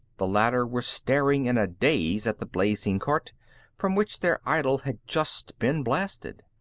the latter were staring in a daze at the blazing cart from which their idol had just been blasted.